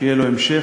שיהיה לו המשך,